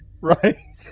Right